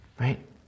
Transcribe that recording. Right